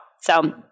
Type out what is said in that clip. So-